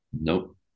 Nope